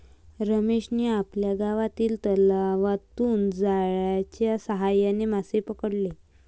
रमेशने आपल्या गावातील तलावातून जाळ्याच्या साहाय्याने मासे पकडले